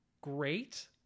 great